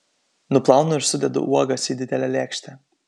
nuplaunu ir sudedu uogas į didelę lėkštę